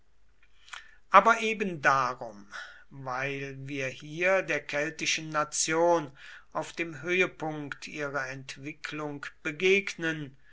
aber ebendarum weil wir hier der keltischen nation auf dem höhepunkt ihrer entwicklung begegnen